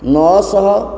ନଅଶହ